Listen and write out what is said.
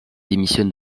démissionne